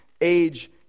age